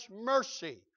mercy